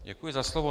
Děkuji za slovo.